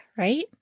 right